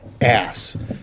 ass